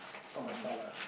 is not my style lah